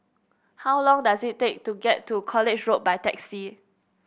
how long does it take to get to College Road by taxi